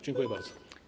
Dziękuję bardzo.